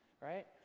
right